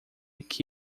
que